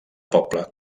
poble